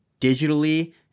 digitally